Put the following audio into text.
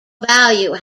value